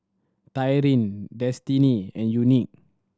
Tyrin Destiney and Unique